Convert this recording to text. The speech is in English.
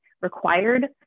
required